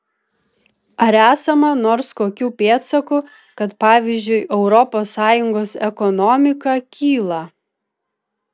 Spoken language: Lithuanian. ar esama nors kokių pėdsakų kad pavyzdžiui europos sąjungos ekonomika kyla